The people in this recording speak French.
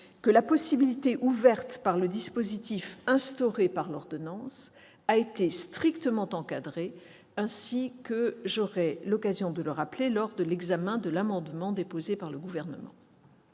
que la possibilité ouverte par le dispositif instauré par l'ordonnance a été strictement encadrée, ainsi que j'aurai l'occasion de le rappeler lors de l'examen de l'amendement déposé par le Gouvernement.